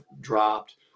dropped